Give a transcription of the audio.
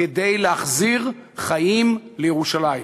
כדי להחזיר חיים לירושלים.